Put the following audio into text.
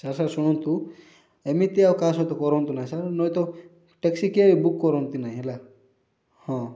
sir sir ଶୁଣନ୍ତୁ ଏମିତି ଆଉ କାହା ସହିତ କରନ୍ତୁ ନାହିଁ ସାର୍ ନାଇଁତ ଟ୍ୟାକ୍ସି କିଏ ବି ବୁକ୍ କରନ୍ତି ନାହିଁ ହେଲା ହଁ